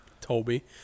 Toby